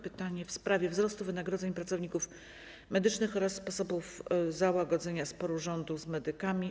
Pytanie w sprawie wzrostu wynagrodzeń pracowników medycznych oraz sposobów załagodzenia sporu rządu z medykami.